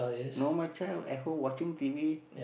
normal child at home watching t_v